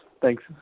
Thanks